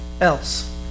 else